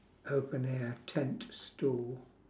open air tent stall